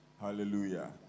Hallelujah